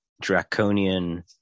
draconian